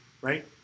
right